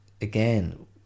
again